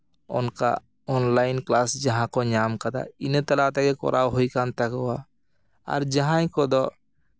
ᱚᱱᱠᱟ online class ᱡᱟᱦᱟᱸ ᱠᱚ ᱧᱟᱢ ᱠᱟᱫᱟ ᱤᱱᱟᱹ ᱛᱟᱞᱟ ᱛᱮᱜᱮ ᱠᱚᱨᱟᱣ ᱦᱩᱭ ᱠᱟᱱ ᱛᱟᱠᱚᱣᱟ ᱟᱨ ᱡᱟᱦᱟᱸᱭ ᱠᱚᱫᱚ